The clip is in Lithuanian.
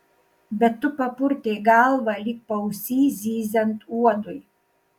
bet tu papurtei galvą lyg paausy zyziant uodui